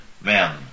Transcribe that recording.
men